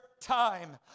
time